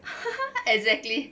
exactly